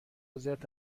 زرت